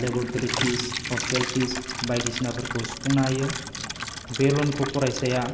laboratory fees hostel fees बायदिसिनाफोरखौ सुफुंनो हायो बे लनखौ फरायसाया